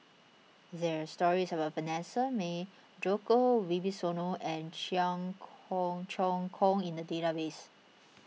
there are stories about Vanessa Mae Djoko Wibisono and Cheong Kong Choong Kong in the database